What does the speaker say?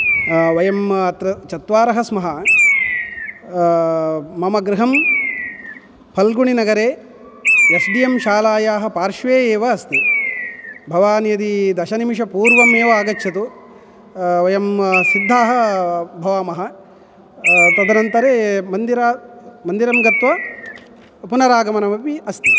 वयं अत्र चत्वारः स्मः मम गृहं फल्गुणिनगरे एस् डि एम् शालायाः पार्श्वे एव अस्ति भवान् यदि दशनिमेषात्पूर्वम् एव आगच्छतु वयं सिद्धाः भवामः तदनन्तरं मन्दिरं मन्दिरं गत्वा पुनरागमनमपि अस्ति